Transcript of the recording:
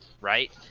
right